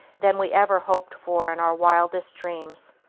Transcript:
than we ever hoped for in our wildest dreams.